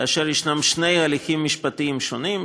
ויש שם שני הליכים משפטיים שונים,